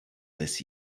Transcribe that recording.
this